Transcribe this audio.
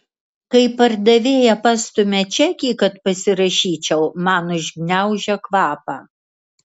kai pardavėja pastumia čekį kad pasirašyčiau man užgniaužia kvapą